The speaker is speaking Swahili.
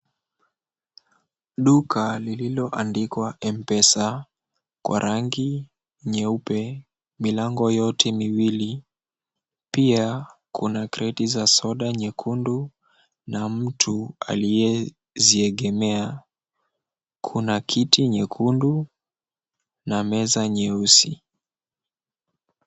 Duka lililoandikwa M-Pesa kwa rangi nyeupe milango yote miwili. Pia kuna kreti za soda nyekundu na mtu aliyeziegemea. Kuna kiti nyekundu na meza nyeusi.